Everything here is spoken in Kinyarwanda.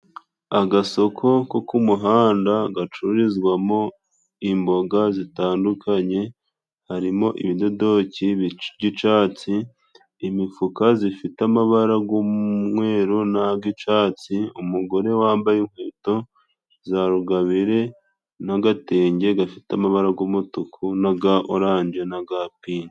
Agaso ko k'umuhanda gacururizwamo imboga zitandukanye. Harimo ibidodoki by'icatsi, imifuka zifite amabara g'umweru n'ag'icatsi. Umugore wambaye inkweto za rugabire n'agatenge gafite amabara g'umutuku n'aga orange n'aga pinki.